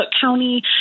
County